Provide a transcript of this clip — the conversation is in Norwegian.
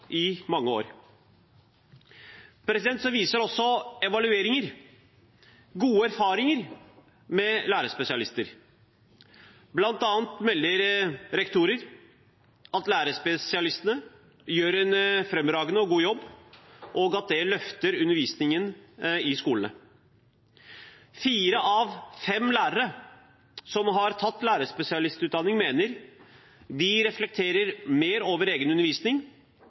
i mange år. Evalueringer viser også gode erfaringer med lærerspesialister, bl.a. melder rektorer at lærerspesialistene gjør en fremragende og god jobb, og at det løfter undervisningen i skolene. Fire av fem lærere som har tatt lærerspesialistutdanning, mener at de reflekterer mer over egen undervisning,